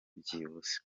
byibuze